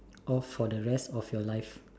off for the rest of your life